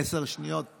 שניות.